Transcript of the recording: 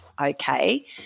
okay